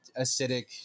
acidic –